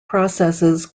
processes